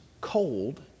cold